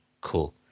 cool